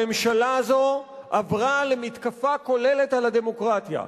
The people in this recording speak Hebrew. הממשלה הזאת עברה למתקפה כוללת על הדמוקרטיה.